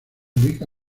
ubica